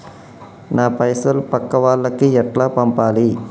నా పైసలు పక్కా వాళ్లకి ఎట్లా పంపాలి?